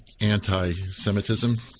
anti-Semitism